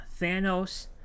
Thanos